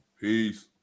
Peace